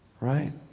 Right